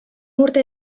urte